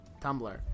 Tumblr